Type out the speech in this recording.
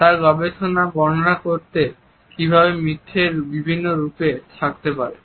তার গবেষণা বর্ণনা করে কিভাবে মিথ্যে বিভিন্ন রূপে থাকতে পারে